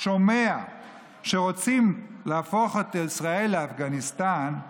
שומע שרוצים להפוך את ישראל לאפגניסטן,